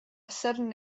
sudden